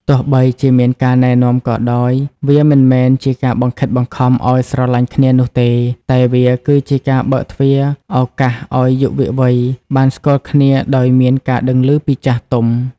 ទោះបីជាមានការណែនាំក៏ដោយ វាមិនមែនជាការបង្ខិតបង្ខំចិត្តឱ្យស្រឡាញ់គ្នានោះទេ តែវាគឺជាការបើកទ្វារឱកាសឱ្យយុវវ័យបានស្គាល់គ្នាដោយមានការដឹងឮពីចាស់ទុំ។